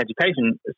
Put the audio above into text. Education